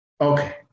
Okay